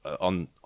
on